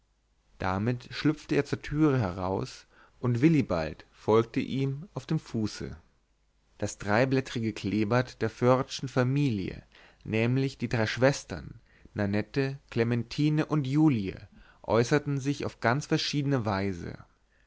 damit schlüpfte er zur türe heraus und willibald folgte ihm auf dem fuße das dreiblättrige kleeblatt der foerdschen familie nämlich die drei schwestern nannette clementine und julie äußerten sich auf ganz verschiedene weise